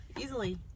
easily